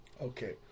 Okay